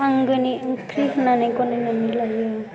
आंगोनि ओंख्रि होननानै गनायनानै लायो